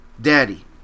daddy